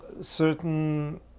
certain